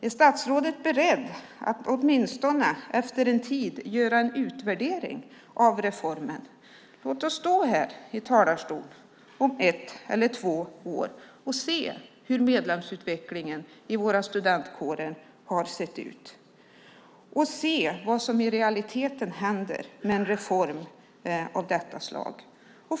Är statsrådet beredd att åtminstone efter en tid göra en utvärdering av reformen? Låt oss stå här i talarstolen om ett eller två år när vi har sett hur medlemsutvecklingen i våra studentkårer har sett ut och ser vad som i realiteten händer med en reform av detta slag.